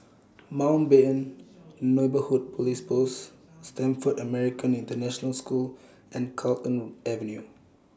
Mountbatten Neighbourhood Police Post Stamford American International School and Carlton Avenue